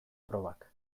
probak